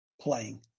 playing